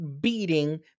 beating